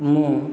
ମୁଁ